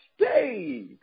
stayed